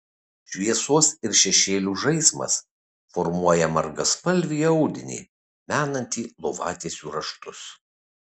šviesos ir šešėlių žaismas formuoja margaspalvį audinį menantį lovatiesių raštus